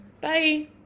Bye